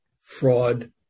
fraud